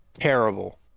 terrible